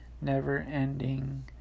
never-ending